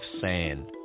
sand